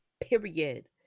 period